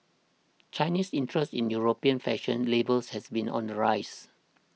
Chinese interest in European fashion labels has been on the rise